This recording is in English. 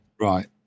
Right